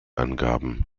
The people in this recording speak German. angaben